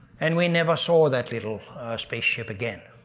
and we never saw that little spaceship again.